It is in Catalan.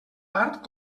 part